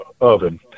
oven